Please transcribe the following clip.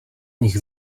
nich